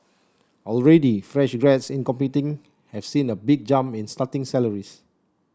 already fresh grads in computing have seen a big jump in starting salaries